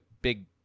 big